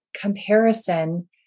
comparison